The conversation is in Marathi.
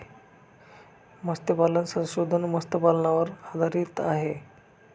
मत्स्यपालन संशोधन मत्स्यपालनावर आधारित आहे